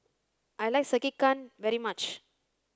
I like Sekihan very much